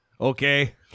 Okay